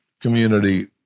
community